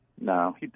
No